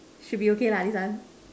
should be okay lah this one